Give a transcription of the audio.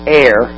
air